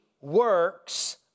works